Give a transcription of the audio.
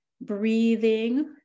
breathing